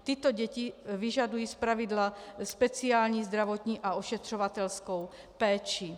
Tyto děti vyžadují zpravidla speciální zdravotní a ošetřovatelskou péči.